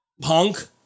punk